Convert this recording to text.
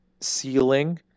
ceiling